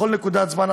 בכל נקודת זמן,